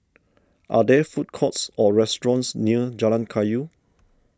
are there food courts or restaurants near Jalan Kayu